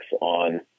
on